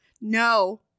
no